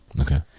Okay